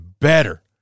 better